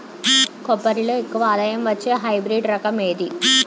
కొబ్బరి లో ఎక్కువ ఆదాయం వచ్చే హైబ్రిడ్ రకం ఏది?